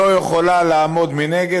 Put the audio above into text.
לא יכולה לעמוד מנגד,